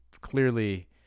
clearly